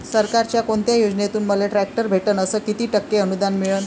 सरकारच्या कोनत्या योजनेतून मले ट्रॅक्टर भेटन अस किती टक्के अनुदान मिळन?